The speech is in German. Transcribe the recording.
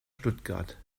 stuttgart